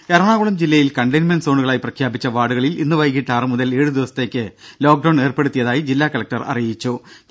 ദേദ എറണാകുളം ജില്ലയിൽ കണ്ടെയ്ൻമെന്റ് സോണുകളായി പ്രഖ്യാപിച്ച വാർഡുകളിൽ ഇന്ന് വൈകീട്ട് ആറ് മുതൽ ഏഴുദിവസത്തേക്ക് ലോക്ഡൌൺ ഏർപ്പെടുത്തിയതായി ജില്ലാ കലക്ടർ എസ് സുഹാസ് അറിയിച്ചു